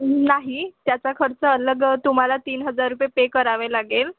नाही त्याचा खर्च अलग तुम्हाला तीन हजार रुपये पे करावे लागेल